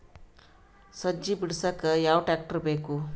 ಸಜ್ಜಿ ಬಿಡಸಕ ಯಾವ್ ಟ್ರ್ಯಾಕ್ಟರ್ ಬೇಕು?